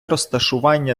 розташування